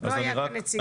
לא היו כאן נציגים.